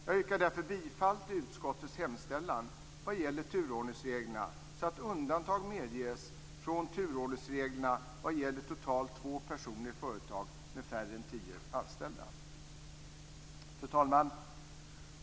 Jag yrkar därför bifall till utskottets hemställan vad gäller turordningsreglerna, så att undantag medges från dem vad gäller totalt två personer i företag med färre än tio anställda. Fru talman!